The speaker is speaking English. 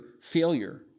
failure